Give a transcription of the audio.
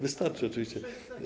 Wystarczy, oczywiście.